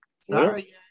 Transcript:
Sorry